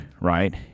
right